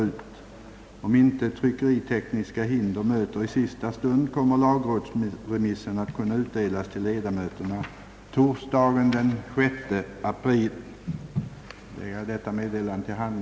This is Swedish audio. Om inte tryckeritekniska hinder möter i sista stund kommer lagrådsremissen att kunna utdelas till ledamöterna torsdagen den 6 april.